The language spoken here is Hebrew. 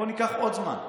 בואו ניקח עוד זמן,